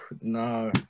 no